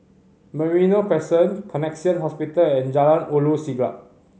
Merino Crescent Connexion Hospital and Jalan Ulu Siglap